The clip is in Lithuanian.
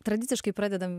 tradiciškai pradedam